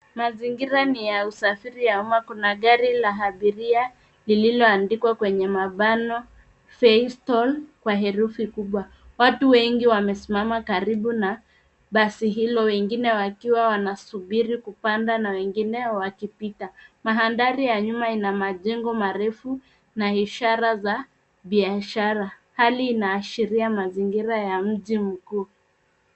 Mazingira ni ya usafiri ya umma. Kuna gari la abiria, lililoandikwa kwenye mabano, Feistal, kwa herufi kubwa. Watu wengi wamesimama karibu na basi hilo, wengine wakiwa wanasubiri kupanda na wengine wakipita. Mandhari ya nyuma ina majengo marefu, na ishara za biashara. Hali inaashiria mazingira ya mji mkuu.